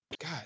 God